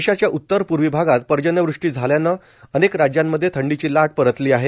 देशाच्या उत्तर पूर्वी भागात पर्जन्यवृष्टी झाल्यानं अनेक राज्यांमध्ये थंडीची लाट परतली आहे